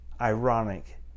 ironic